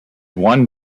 one